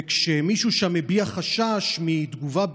וכשמישהו שם הביע חשש מתגובה בין-לאומית,